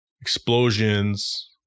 explosions